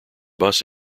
bus